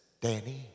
Danny